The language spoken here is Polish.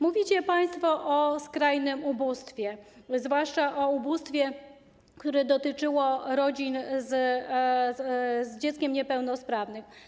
Mówicie państwo o skrajnym ubóstwie, zwłaszcza o ubóstwie, które dotyczyło rodzin z dzieckiem niepełnosprawnym.